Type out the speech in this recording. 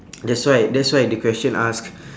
that's why that's why the question asked